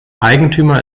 eigentümer